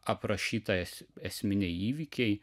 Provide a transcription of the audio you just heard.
aprašyta es esminiai įvykiai